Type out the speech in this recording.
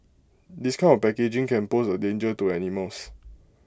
this kind of packaging can pose A danger to animals